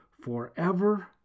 forever